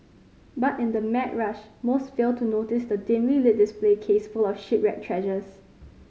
but in the mad rush most fail to notice the dimly lit display case full of shipwreck treasures